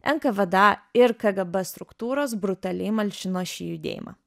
nkvd ir kgb struktūros brutaliai malšino šį judėjimą